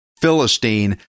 Philistine